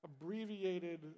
abbreviated